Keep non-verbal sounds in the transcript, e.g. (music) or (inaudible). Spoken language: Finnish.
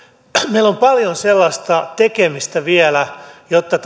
meillä on vielä paljon tekemistä jotta (unintelligible)